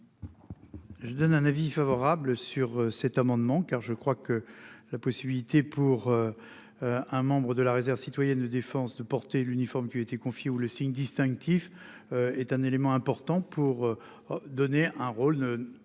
Je donne un avis favorable sur cet amendement, car je crois que la possibilité pour. Un membre de la réserve citoyenne de défense de porter l'uniforme qui été confiée ou le signe distinctif. Est un élément important pour. Donner un rôle évidemment